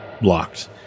blocked